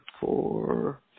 four